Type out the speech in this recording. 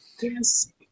yes